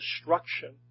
destruction